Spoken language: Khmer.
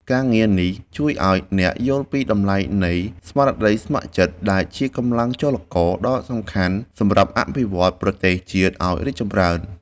ការងារនេះជួយឱ្យអ្នកយល់ពីតម្លៃនៃ ស្មារតីស្ម័គ្រចិត្ត ដែលជាកម្លាំងចលករដ៏សំខាន់សម្រាប់អភិវឌ្ឍប្រទេសជាតិឱ្យរីកចម្រើន។